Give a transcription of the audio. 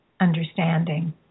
understanding